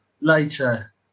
later